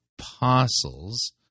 Apostles